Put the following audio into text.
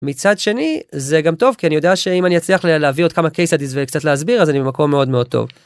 מצד שני זה גם טוב כי אני יודע שאם אני אצליח להביא עוד כמה קייסדיס וקצת להסביר אז אני במקום מאוד מאוד טוב.